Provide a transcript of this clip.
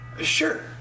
Sure